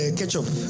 ketchup